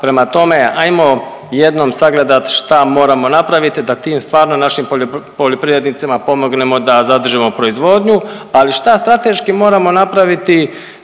prema tome ajmo jednom sagledat šta moramo napraviti da tim stvarno našim poljoprivrednicima pomognemo da zadržimo proizvodnju. Ali šta strateški moramo napraviti